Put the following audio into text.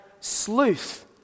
sleuth